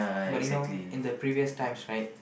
but you know in the previous times right